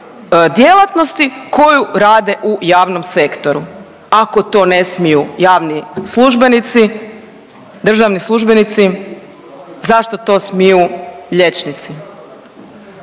koju rade u javnom sektoru. Ako to ne smiju javni službenici, državni službenici zašto to smiju liječnici?